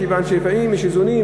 מכיוון שלפעמים יש איזונים,